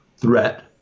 Threat